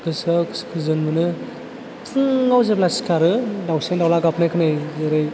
गोसोआ गोजोन मोनो फुङाव जेब्ला सिखारो दाउसिन दाउला गाबनाय खोनायो जेरै